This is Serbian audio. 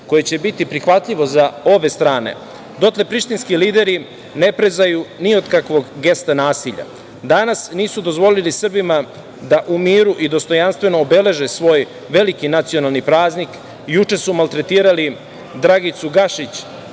koje će biti prihvatljivo za obe strane, dotle prištinski lideri ne prezaju ni od kakvog gesta nasilja. Danas nisu dozvolili Srbima da u miru i dostojanstveno obeleže svoj veliki nacionalni praznik. Juče su maltretirali Dragicu Gašić,